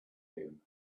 him